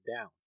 down